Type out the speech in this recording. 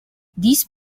these